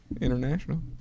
International